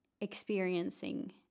experiencing